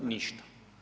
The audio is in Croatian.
Ništa.